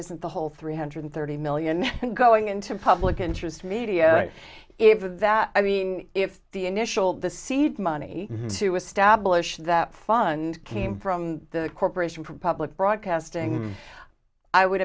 isn't the whole three hundred thirty million going into public interest media if with that i mean if the initial the seed money to establish that fund came from the corporation for public broadcasting i would